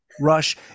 Rush